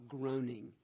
groaning